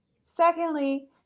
Secondly